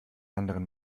anderen